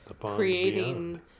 creating